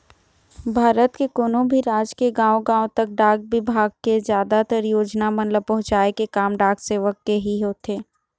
भारत के कोनो भी राज के गाँव गाँव तक डाक बिभाग के जादातर योजना मन ल पहुँचाय के काम डाक सेवक के ही होथे